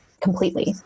completely